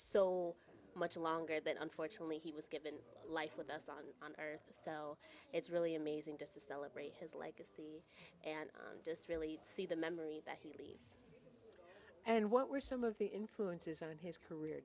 so much longer than unfortunately he was given life with us on on earth so it's really amazing to celebrate his legacy and just really see the memory that he did and what were some of the influences on his career